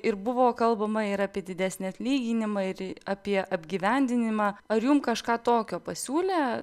ir buvo kalbama ir apie didesnį atlyginimą ir apie apgyvendinimą ar jum kažką tokio pasiūlė